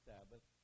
Sabbath